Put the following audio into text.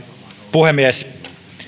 puhemies